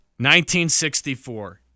1964